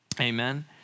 Amen